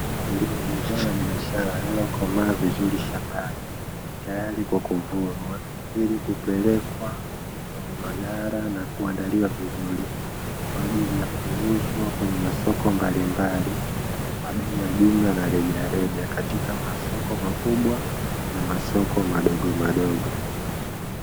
Ndizi zao la biashara lililokomaa vizuri shambani tayari kwa kuvunwa ili kupelekwa kwenye magara na kuandaliwa vizuri kwa ajili ya kuuzwa kwenye masoko mbalimbali, kwa bei ya jumla na rejareja katika masoko makubwa na masoko madogo madogo.